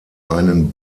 einen